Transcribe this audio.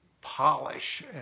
polish